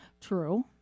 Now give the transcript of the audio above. True